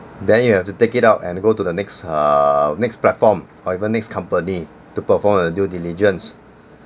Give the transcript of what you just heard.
then you have to take it out and go to the next err next platform or even next company to perform the due diligence